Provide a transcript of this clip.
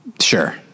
Sure